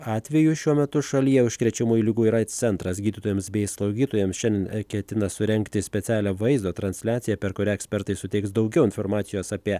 atvejų šiuo metu šalyje užkrečiamųjų ligų ir aids centras gydytojams bei slaugytojams šiandien ketina surengti specialią vaizdo transliaciją per kurią ekspertai suteiks daugiau informacijos apie